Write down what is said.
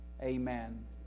Amen